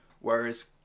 Whereas